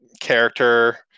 character